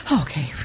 Okay